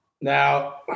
Now